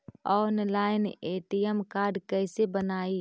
Online ATM card कैसे बनाई?